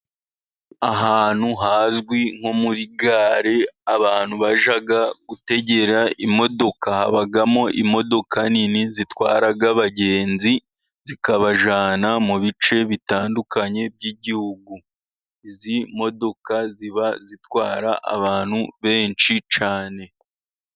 Ahantu hazwi nko muri gare, abantu bajya gutegera imodoka, habamo imodoka nini zitwara abagenzi, zikabajyana mu bice bitandukanye by'igihugu. Izi modoka ziba zitwara abantu benshi cyane.